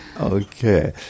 Okay